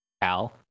Al